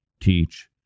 teach